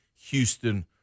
Houston